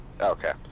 Okay